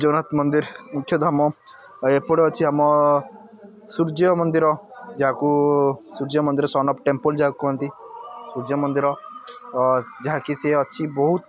ଜଗନ୍ନାଥ ମନ୍ଦିର ମୁଖ୍ୟ ଧାମ ଆଉ ଏପଟେ ଅଛି ଆମ ସୂର୍ଯ୍ୟ ମନ୍ଦିର ଯାହାକୁ ସୂର୍ଯ୍ୟ ମନ୍ଦିର ସନ୍ ଅଫ୍ ଟେମ୍ପଲ୍ ଯାହାକୁ କୁହନ୍ତି ସୂର୍ଯ୍ୟ ମନ୍ଦିର ଯାହାକି ସିଏ ଅଛି ବହୁତ